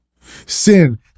Sin